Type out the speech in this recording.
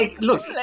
look